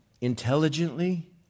intelligently